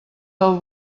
del